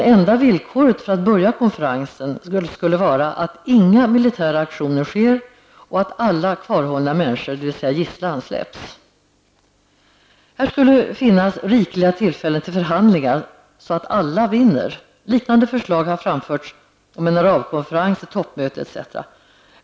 Enda villkoret för att börja konferensen skulle vara att inga militära aktioner sker och att alla kvarhållna människor, dvs. gisslan, släpps. Här skulle finnas rikliga tillfällen till förhandlingar så att alla vinner. Liknande förslag har framförts om en arabkonferens, ett toppmöte osv.